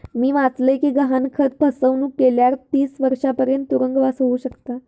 मी वाचलय कि गहाणखत फसवणुक केल्यावर तीस वर्षांपर्यंत तुरुंगवास होउ शकता